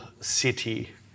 city